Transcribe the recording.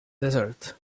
desert